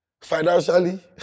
financially